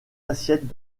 assiettes